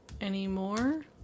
anymore